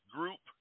Group